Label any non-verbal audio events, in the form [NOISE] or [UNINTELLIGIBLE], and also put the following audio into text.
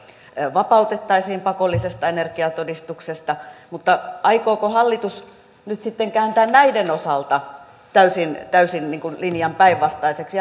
vapautettaisiin pakollisesta energiatodistuksesta mutta aikooko hallitus nyt sitten kääntää näiden osalta linjan täysin päinvastaiseksi [UNINTELLIGIBLE]